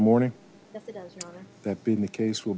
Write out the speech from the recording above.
morning that being the case will